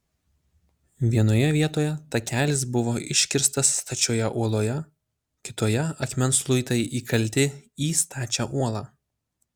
vienoje vietoje takelis buvo iškirstas stačioje uoloje kitoje akmens luitai įkalti į stačią uolą